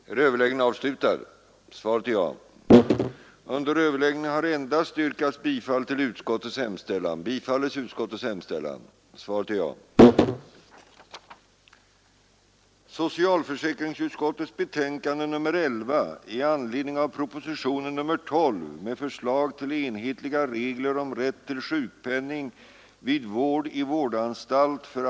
Herr talman! Beträffande det som herr Måbrink senast anförde vill jag bara erinra om att han och hans parti har motionerat om starkt minskade anslag till försvaret. Om man sänker anslagen till försvaret, är det givetvis svårare att balansera sammansättningen av försvaret och samtidigt tillgodose de värnpliktigas önskemål. För att skapa enhetliga regler hade i propositionen föreslagits att även patienter i allmän vårdanstalt inom nykterhetsvården skulle få rätt till sjukpenning under vårdtiden enligt samma grunder som gällde vid sjukhusvård.